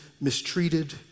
mistreated